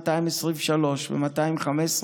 223 ו-215,